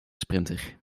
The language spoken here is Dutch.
sprinter